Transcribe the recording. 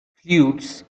flutes